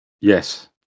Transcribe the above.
Yes